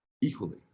equally